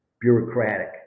bureaucratic